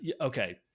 Okay